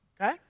Okay